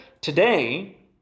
today